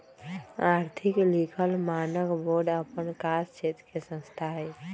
आर्थिक लिखल मानक बोर्ड अप्पन कास क्षेत्र के संस्था हइ